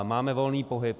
Máme volný pohyb.